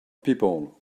people